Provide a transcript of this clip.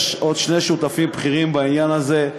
יש עוד שני שותפים בכירים בעניין הזה.